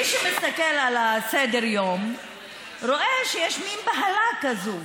מי שמסתכל על סדר-היום רואה שיש מין בהלה כזאת,